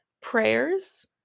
prayers